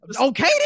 Okay